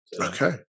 Okay